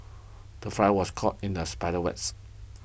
the fly was caught in the spider's wets